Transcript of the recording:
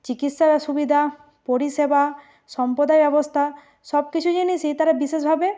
চিকিৎসা সুবিধা পরিষেবা সম্পদায় ব্যবস্থা সব কিছু জিনিসই তারা বিশেষভাবে